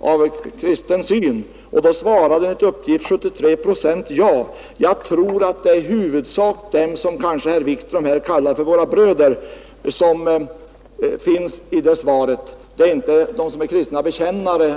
av kristen syn? Då svarade enligt uppgift 73 procent ja. Jag tror att det i huvudsak är de som herr Wikström kallar för våra bröder som svarade så. Det är inte bara kristna bekännare.